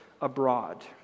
abroad